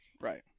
Right